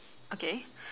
okay